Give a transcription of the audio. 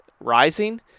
rising